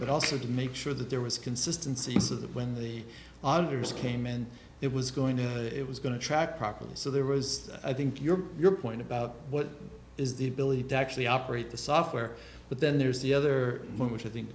but also to make sure that there was consistency of that when the auditors came and it was going to it was going to track properly so there was i think your your point about what is the ability to actually operate the software but then there's the other one which i think